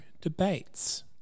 debates